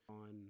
on